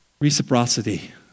reciprocity